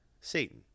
Satan